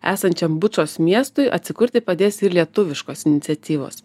esančiam bučos miestui atsikurti padės ir lietuviškos iniciatyvos